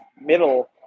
Middle